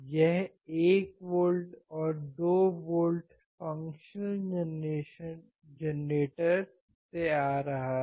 यह 1 वोल्ट और 2 volt function generator से आ रहा है